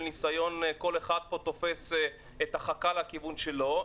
ניסיון כל אחד תופס את החכה לכיוון שלו.